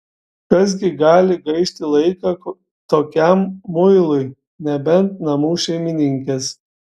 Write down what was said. kas gi gali gaišti laiką tokiam muilui nebent namų šeimininkės